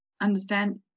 understand